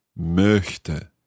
Möchte